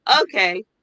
okay